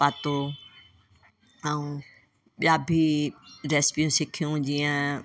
पातो ऐं ॿियां बि रैसिपियूं सिखियूं जीअं